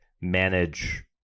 manage